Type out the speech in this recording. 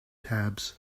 tabs